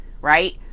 right